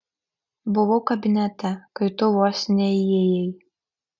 buvau kabinete kai tu vos neįėjai